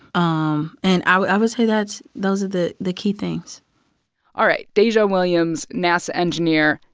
um and i would say that's those are the the key things all right, dajae williams, nasa engineer,